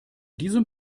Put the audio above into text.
diesem